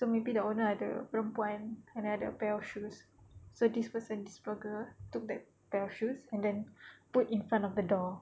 so maybe the owner ada perempuan and ada a pair of shoes so this person this blogger took that pair of shoes and then put in front of the door